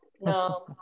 No